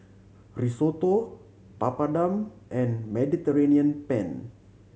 Risotto Papadum and Mediterranean Penne